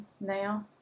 now